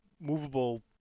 movable